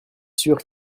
sûr